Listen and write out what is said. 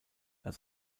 als